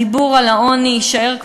הדיבור על העוני יישאר,